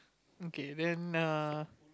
okay then err